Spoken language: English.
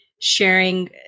sharing